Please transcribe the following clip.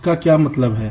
इसका क्या मतलब है